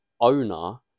owner